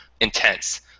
intense